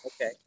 okay